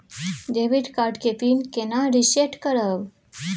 Debit card के pin केना reset करब?